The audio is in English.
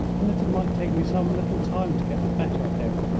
and that it might take me some little time to get the better of him.